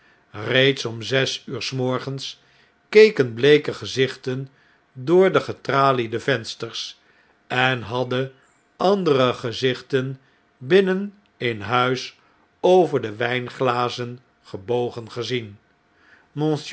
reeds om zes uur s morgens keken bleeke gezichten door de getraliede vensters en hadden andere gezichten binnen in huis over de wijnglazen gebogen gezien